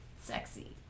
sexy